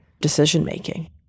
decision-making